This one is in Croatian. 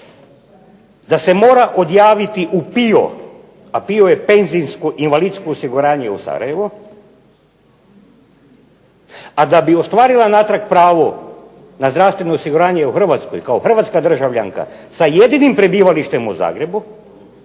da se mora odjaviti u PIO a PIO je penzijsko-invalidsko osiguranje u Sarajevu, a da bi ostvarila natrag pravo na zdravstveno osiguranje u Hrvatskoj kao hrvatska državljanka sa jedinim prebivalištem u Zagrebu